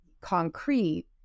concrete